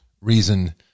reason